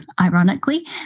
ironically